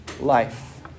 life